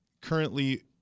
currently